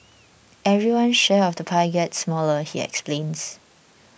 everyone's share of the pie gets smaller he explains